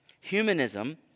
Humanism